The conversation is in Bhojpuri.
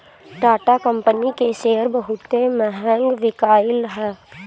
टाटा कंपनी के शेयर बहुते महंग बिकाईल हअ